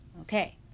Okay